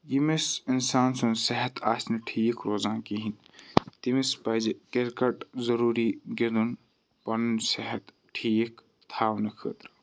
ییٚمِس اِنسان سُنٛد صحت آسہِ نہٕ ٹھیٖک روزان کِہیٖنۍ تٔمِس پَزِ کِرکَٹ ضٔروٗری گِندُن پَنُن صحت ٹھیٖک تھاونہٕ خٲطرٕ